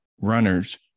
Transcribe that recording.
runners